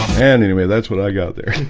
and anyway, that's what i got there